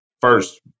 first